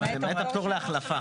למעט הפטור להחלפה.